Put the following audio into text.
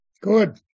Good